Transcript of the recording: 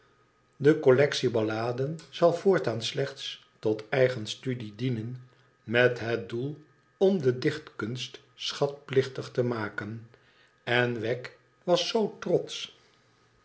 de collectie balladen zal voortaan slechts tot eigen studie dienen met het doel om de dichtkunst schatplichtig temaken en wegg was zoo trotsch